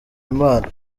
imana